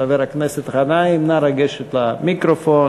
חבר הכנסת גנאים, נא לגשת למיקרופון.